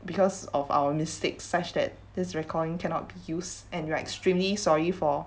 because of our mistakes such that this recording cannot be used and we're extremely sorry for